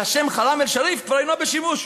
והשם חראם א־שריף כבר אינו בשימוש.